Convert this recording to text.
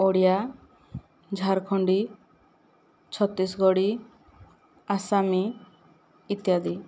ଓଡ଼ିଆ ଝାରଖଣ୍ଡି ଛତିଶଗଡ଼ି ଆସାମୀ ଇତ୍ୟାଦି